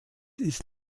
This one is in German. ist